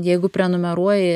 jeigu prenumeruoji